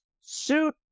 suit